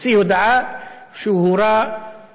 הוציא הודעה שהוא הורה להפסיק